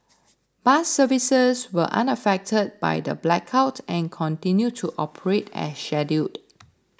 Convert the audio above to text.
bus services were unaffected by the blackout and continued to operate as scheduled